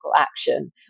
action